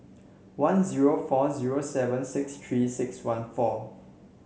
one zero four zero seven six Three six one four